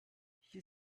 hier